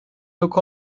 yok